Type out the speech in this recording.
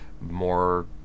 more